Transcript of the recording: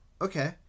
okay